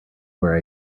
where